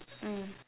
mm